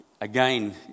again